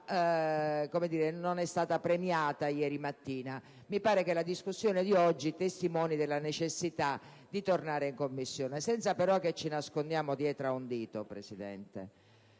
La ragionevolezza non è stata premiata ieri mattina. Mi pare che la discussione di oggi testimoni della necessità di tornare in Commissione. Senza però che ci nascondiamo dietro ad un dito, Presidente: